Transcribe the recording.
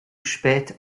spät